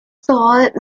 start